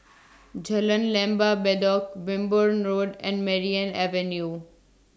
Jalan Lembah Bedok Wimborne Road and Merryn Avenue